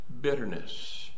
bitterness